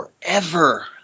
forever